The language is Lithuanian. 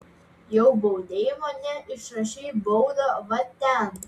jau baudei mane išrašei baudą va ten